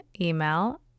email